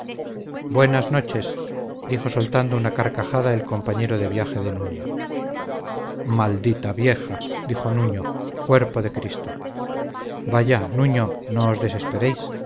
buenas noches dijo soltando una carcajada el compañero de viaje de nuño maldita vieja dijo nuño cuerpo de cristo vaya nuño no